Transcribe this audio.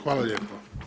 Hvala lijepa.